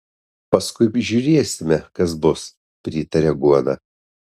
paskui žiūrėsime kas bus pritaria guoda